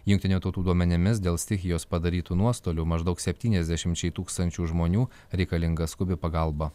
jungtinių tautų duomenimis dėl stichijos padarytų nuostolių maždaug septyniasdešimčiai tūkstančių žmonių reikalinga skubi pagalba